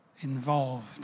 involved